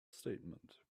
statement